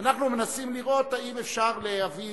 אנחנו מנסים לראות אם אפשר להביא